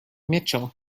mitchell